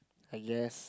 I guess